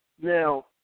Now